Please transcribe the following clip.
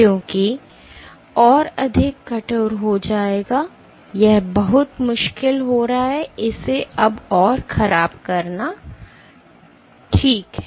क्योंकि और अधिक कठोर हो जाएगा यह बहुत मुश्किल हो रहा है इसे अब और खराब करना ठीक है